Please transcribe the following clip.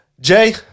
Jay